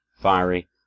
fiery